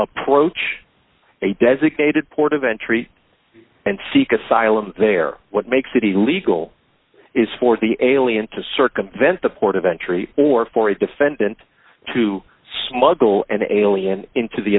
approach a designated port of entry and seek asylum there what makes it illegal is for the alien to circumvent the port of entry or for a defendant to smuggle an alien into the